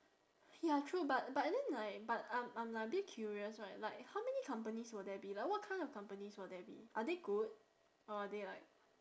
ya true but but then like but I'm I'm like a bit curious right like how many companies will there be like what kind of companies will there be are they good or are they like